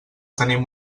tenim